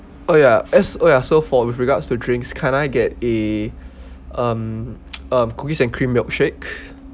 oh ya as oh ya so for with regards to drinks can I get a um um cookies and cream milkshake